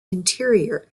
interior